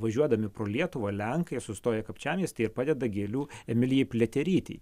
važiuodami pro lietuvą lenkai sustoja kapčiamiestyje ir padeda gėlių emilijai pliaterytei